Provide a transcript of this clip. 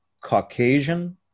Caucasian